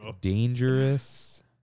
dangerous